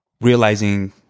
realizing